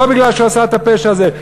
לא מכיוון שהוא עשה את הפשע הזה.